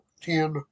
ten